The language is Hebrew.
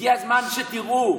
הגיע הזמן שתראו.